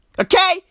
Okay